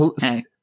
Hey